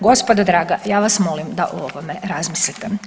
Gospodo draga, ja vas molim o ovome razmislite.